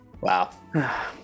Wow